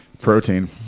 Protein